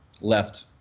left